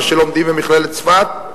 מי שלומדים במכללת צפת.